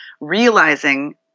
realizing